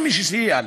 אין מי שיסייע לו.